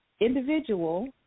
Individual